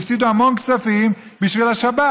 והפסידו המון כספים בשביל השבת.